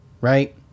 right